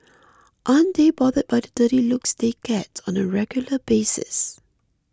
aren't they bothered by the dirty looks they get on a regular basis